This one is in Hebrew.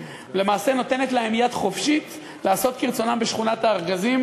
למעשה נותנת להם יד חופשית לעשות כרצונם בשכונת-הארגזים,